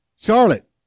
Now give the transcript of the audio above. Charlotte